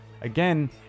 Again